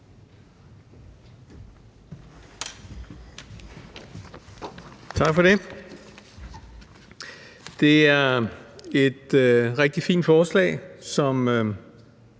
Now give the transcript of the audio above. Tak for det. Det er et rigtig fint forslag, som